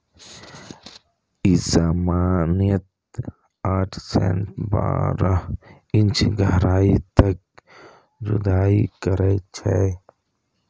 ई सामान्यतः आठ सं बारह इंच गहराइ तक जुताइ करै छै